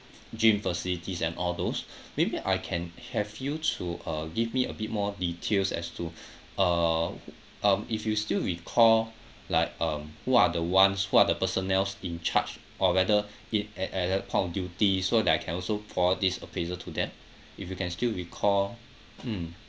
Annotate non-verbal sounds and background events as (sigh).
gym facilities and all those maybe I can have you to uh give me a bit more details as to (breath) uh um if you still recall like um who are the ones who are the personnel in charge or whether it at at that point of duty so that I can also forward this appraisal to them if you can still recall mm